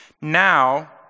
Now